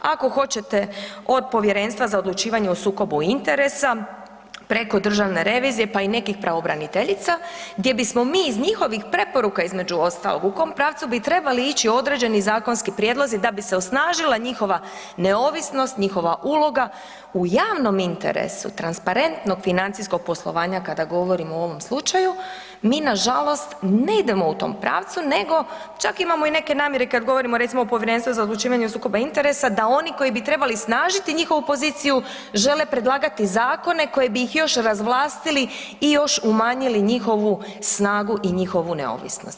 Ako hoćete od Povjerenstva za odlučivanje o sukobu interesa preko državne revizije, pa i nekih pravobraniteljica, gdje bismo mi iz njihovih preporuka između ostalog, u kom pravcu bi trebali ići određeni zakonski prijedlozi da bi se osnažila njihova neovisnost, njihova uloga u javnom interesu transparentnog financijskog poslovanja kada govorimo o ovom slučaju mi nažalost ne idemo u tom pravcu nego čak imamo i neke namjere kad govorimo recimo o Povjerenstvu za odlučivanju o sukobu interesa da oni koji bi trebali snažiti njihovu poziciju žele predlagati zakone koje bi ih još razvlastili i još umanjili njihovu snagu i njihovu neovisnost.